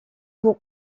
pour